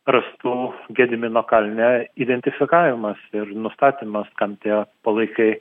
rastų gedimino kalne identifikavimas ir nustatymas kam tie palaikai